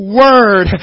word